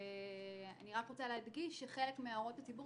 אני רק רוצה להדגיש שחלק מהערות הציבור